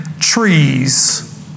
trees